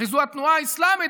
הרי זו התנועה האסלאמית,